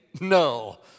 No